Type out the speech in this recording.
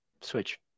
switch